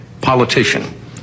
politician